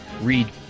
Read